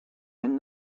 and